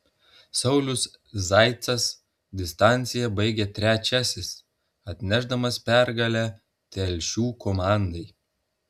saulius zaicas distanciją baigė trečiasis atnešdamas pergalę telšių komandai